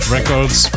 Records